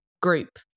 group